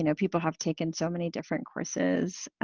you know people have taken so many different courses.